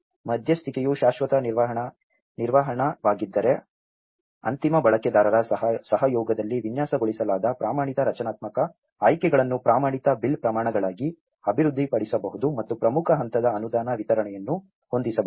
ಮಧ್ಯಸ್ಥಿಕೆಯು ಶಾಶ್ವತ ನಿರ್ಮಾಣವಾಗಿದ್ದರೆ ಅಂತಿಮ ಬಳಕೆದಾರರ ಸಹಯೋಗದಲ್ಲಿ ವಿನ್ಯಾಸಗೊಳಿಸಲಾದ ಪ್ರಮಾಣಿತ ರಚನಾತ್ಮಕ ಆಯ್ಕೆಗಳನ್ನು ಪ್ರಮಾಣಿತ ಬಿಲ್ ಪ್ರಮಾಣಗಳಾಗಿ ಅಭಿವೃದ್ಧಿಪಡಿಸಬಹುದು ಮತ್ತು ಪ್ರಮುಖ ಹಂತದ ಅನುದಾನ ವಿತರಣೆಯನ್ನು ಹೊಂದಿಸಬಹುದು